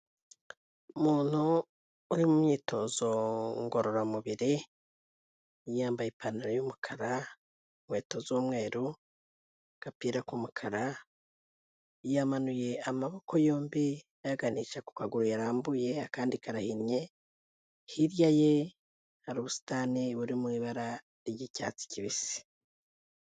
Umuntu uri mu myitozo ngororamubiri, yambaye ipantaro y'umukara, inkweto z'umweru, agapira k'umukara, yamanuye amaboko yombi ayaganisha ku kaguru yarambuye akandi karahinnye, hirya ye hari ubusitani buri mu ibara ry'icyatsi kibisi.